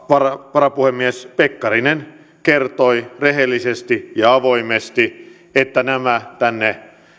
varapuhemies pekkarinen kertoi rehellisesti ja avoimesti että nämä tänne